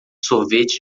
sorvete